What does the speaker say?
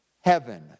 heaven